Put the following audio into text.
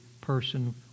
person